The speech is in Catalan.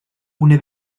una